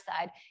side